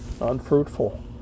unfruitful